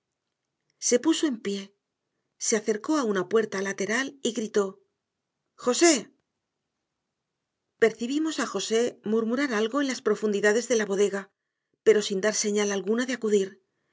se puso en pie se acercó a una puerta lateral y gritó josé percibimos a josé murmurar algo en las profundidades de la bodega pero sin dar señal alguna de acudir